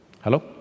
Hello